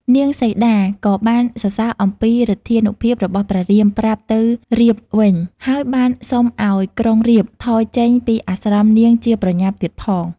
នាងសីតាក៏បានសរសើរអំពីឫទ្ធានុភាពរបស់ព្រះរាម ប្រាប់ទៅរាពណ៍វិញ ហើយបានសុំឱ្យ ក្រុងរាពណ៍ថយចេញពីអាស្រមនាងជាប្រញាប់ទៀតផង។